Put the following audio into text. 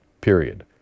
period